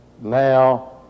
Now